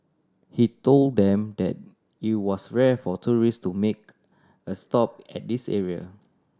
he told them that it was rare for tourist to make a stop at this area